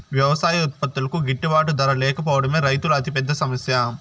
వ్యవసాయ ఉత్పత్తులకు గిట్టుబాటు ధర లేకపోవడమే రైతుల అతిపెద్ద సమస్య